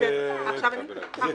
אנחנו מדברים ברמת התיאוריה,